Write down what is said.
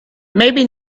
maybe